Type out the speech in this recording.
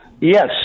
Yes